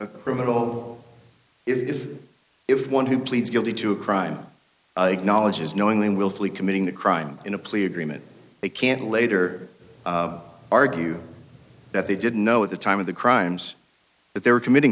a criminal if it is one who pleads guilty to a crime like knowledge is knowingly and willfully committing the crime in a plea agreement they can later argue that they didn't know at the time of the crimes that they were committing